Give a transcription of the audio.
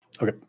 Okay